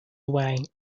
away